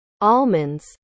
almonds